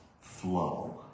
flow